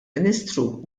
ministru